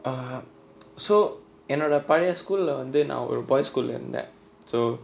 err so என்னோட பழைய:ennoda palaiya school வந்து நா ஒரு:vanthu naa oru boys school leh இருந்தேன்:irunthaen that so